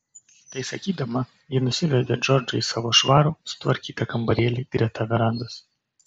tai sakydama ji nusivedė džordžą į savo švarų sutvarkytą kambarėlį greta verandos